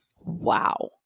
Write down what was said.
Wow